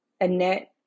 Annette